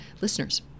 listeners